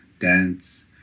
dance